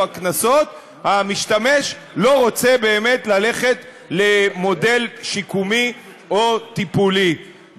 הקנסות המשתמש לא רוצה באמת ללכת למודל שיקומי או טיפולי.